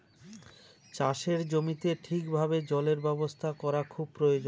চাষের জমিতে ঠিক ভাবে জলের ব্যবস্থা করা খুব প্রয়োজন